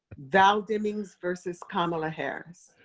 val demings versus kamala harris.